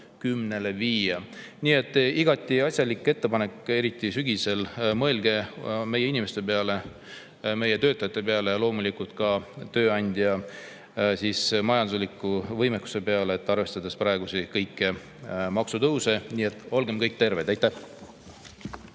80%‑le. Nii et igati asjalik ettepanek, eriti sügisel. Mõelge meie inimeste peale, meie töötajate peale ja loomulikult ka tööandjate majandusliku võimekuse peale, arvestades kõiki praegusi maksutõuse. Nii et olgem kõik terved! Aitäh!